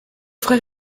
frère